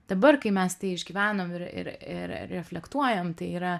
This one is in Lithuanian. dabar kai mes tai išgyvenom ir ir ir reflektuojam tai yra